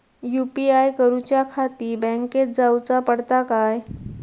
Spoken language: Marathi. यू.पी.आय करूच्याखाती बँकेत जाऊचा पडता काय?